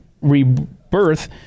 rebirth